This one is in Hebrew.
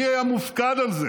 מי היה מופקד על זה